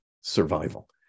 survival